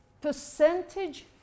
percentage